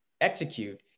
execute